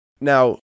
Now